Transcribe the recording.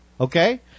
Okay